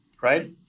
right